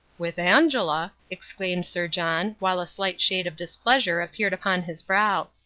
with angela! exclaimed sir john, while a slight shade of displeasure appeared upon his brow.